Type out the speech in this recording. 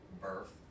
birth